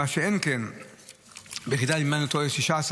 אם אינני טועה של כ-16%,